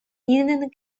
ihnen